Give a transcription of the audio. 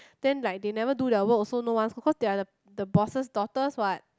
then like they never do their work also no one who calls they're the the boss's daughters what